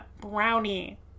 brownie